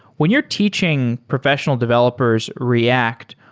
when you're teaching professional developers react,